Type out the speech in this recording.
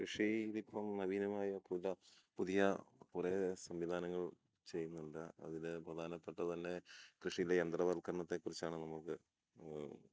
കൃഷിയിലിപ്പം നവീനമായ പുതിയ കുറേ സംവിധാനങ്ങൾ ചെയ്യുന്നുണ്ട് അതിൽ പ്രധാനപ്പെട്ട തന്നെ കൃഷിയിലെ യന്ത്രവൽക്കരണത്തെക്കുറിച്ചാണ് നമുക്ക്